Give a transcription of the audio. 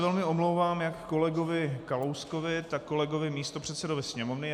Velmi se omlouvám jak kolegovi Kalouskovi, tak kolegovi místopředsedovi Sněmovny.